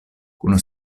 kun